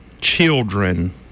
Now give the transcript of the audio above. children